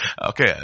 okay